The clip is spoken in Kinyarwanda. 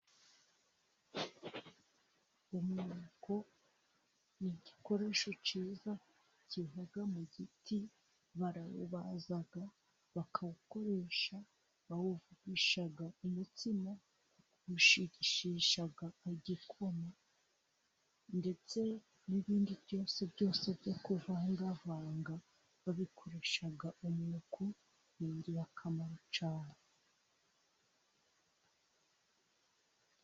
Umwuko ni igikoresho cyiza kiva mu giti. Barawubaza, bakawukoresha. Bawuvugisha umutsima, bawushigishisha igikoma ndetse n'ibindi byose byose byo kuvangavanga babikoresha umwuko. Ni ingirakamaro cyane.